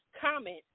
comment